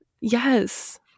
Yes